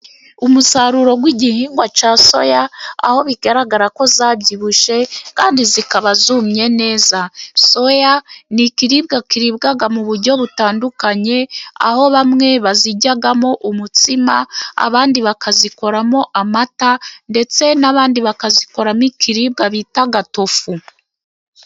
Umusaruro w'igihingwa cya soya, aho bigaragara ko zabyibushye kandi zikaba zumye neza. Soya ni ikiribwa kiribwa mu buryo butandukanye, aho bamwe baziryamo umutsima, abandi bakazikoramo amata ndetse n'abandi bakazikoramo ikiribwa bita tofu.